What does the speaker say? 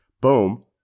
boom